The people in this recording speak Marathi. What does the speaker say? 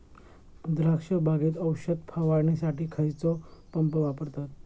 द्राक्ष बागेत औषध फवारणीसाठी खैयचो पंप वापरतत?